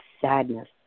sadness